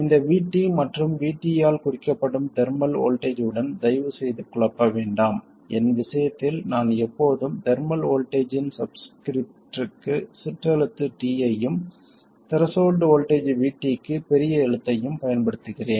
இந்த VT மற்றும் Vt ஆல் குறிக்கப்படும் தெர்மல் வோல்ட்டேஜ் உடன் தயவு செய்து குழப்ப வேண்டாம் என் விஷயத்தில் நான் எப்போதும் தெர்மல் வோல்ட்டேஜ்ஜின் சப்ஸ்கிரிப்ட்டிற்கு சிற்றெழுத்து t ஐயும் த்ரெஷோல்ட் வோல்டேஜ் VT க்கு பெரிய எழுத்தையும் பயன்படுத்துகிறேன்